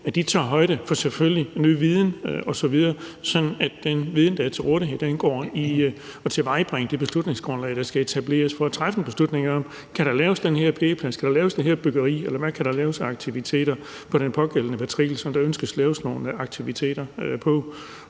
tager højde for ny viden osv., sådan at den viden, der er til rådighed, indgår i at tilvejebringe det beslutningsgrundlag, der skal etableres for at træffe en beslutning om, om der kan laves en parkeringsplads eller et byggeri, eller hvad der kan laves af aktiviteter på den pågældende matrikel, som der ønskes lavet nogle aktiviteter på.